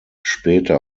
später